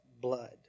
blood